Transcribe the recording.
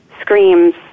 screams